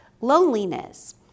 loneliness